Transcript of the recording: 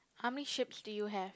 how many ships do you have